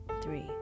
three